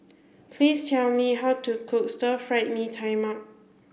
please tell me how to cook stir fried Mee Tai Mak